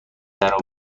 درا